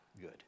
good